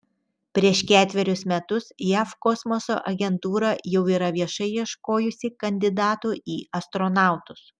prieš ketverius metus jav kosmoso agentūra jau yra viešai ieškojusi kandidatų į astronautus